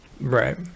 Right